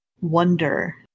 wonder